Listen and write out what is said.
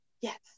Yes